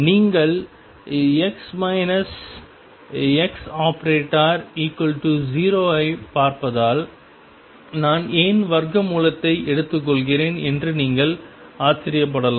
நீங்கள் ⟨x ⟨x⟩⟩0 ஐப் பார்ப்பதால் நான் ஏன் வர்க்க மூலத்தை எடுத்துக்கொள்கிறேன் என்று நீங்கள் ஆச்சரியப்படலாம்